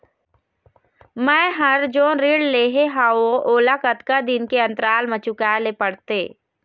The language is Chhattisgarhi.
मैं हर जोन ऋण लेहे हाओ ओला कतका दिन के अंतराल मा चुकाए ले पड़ते?